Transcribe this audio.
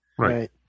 Right